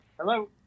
Hello